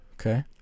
Okay